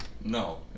No